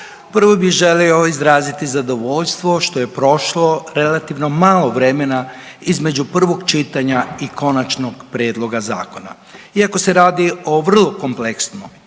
Prvo bih želio izraziti zadovoljstvo što je prošlo relativno malo vremena između prvog čitanja i konačnog prijedloga zakona. Iako se radi o vrlo kompleksnoj